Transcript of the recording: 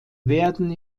werden